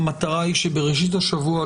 המטרה היא שבראשית השבוע,